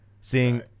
Seeing